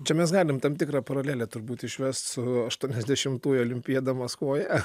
čia mes galim tam tikrą paralelę turbūt išvest su aštuoniasdešimtųjų olimpiada maskvoje